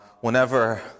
whenever